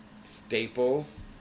staples